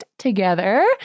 together